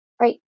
right